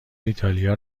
ایتالیا